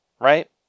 right